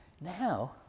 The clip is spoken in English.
now